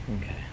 Okay